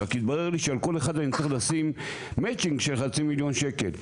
רק התברר לי שעל כל אחד אני צריך לשים מצ'ינג של חצי מיליון שקל.